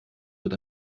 wird